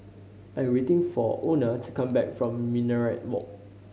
I'm waiting for Ona to come back from Minaret Walk